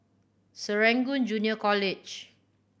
Serangoon Junior College